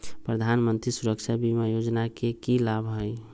प्रधानमंत्री सुरक्षा बीमा योजना के की लाभ हई?